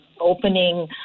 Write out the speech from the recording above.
opening